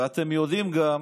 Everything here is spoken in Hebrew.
ואתם יודעים גם,